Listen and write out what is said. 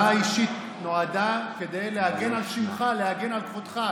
הודעה אישית נועדה להגן על שמך, להגן על כבודך.